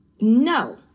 No